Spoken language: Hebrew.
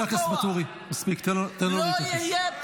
היינו שם.